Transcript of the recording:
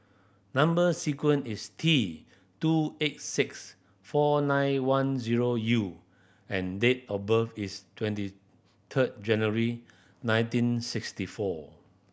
number sequence is T two eight six four nine one zero U and date of birth is twenty third January nineteen sixty four